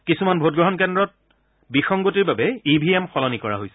কিছুমান ভোটগ্ৰহণ কেন্দ্ৰত বিসংগতিৰ বাবে ই ভি এম সলনি কৰা হৈছে